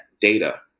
data